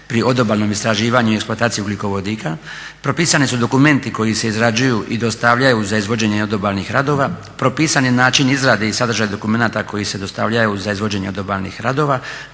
pri odobalnom istraživanju i eksploataciji ugljikovodika, propisani su dokumenti koji se izrađuju i dostavljaju za izvođenje odobalnih radova, propisan je način izrade i sadržaj dokumenata koji se dostavljaju za izvođenje odobalnih radova,